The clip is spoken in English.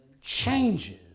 changes